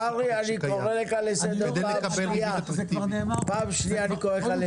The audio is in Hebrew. קרעי אני קורא לך לסדר פעם שניה.